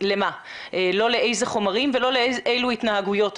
לא לאיזה חומרים ולא לאילו התנהגויות.